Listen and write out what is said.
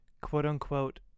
quote-unquote